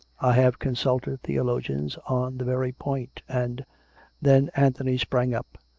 i have consulted theolo gians on the very point and then anthony sprang up.